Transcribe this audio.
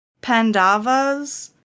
Pandavas